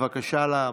בבקשה לעמוד.